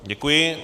Děkuji.